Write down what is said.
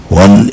one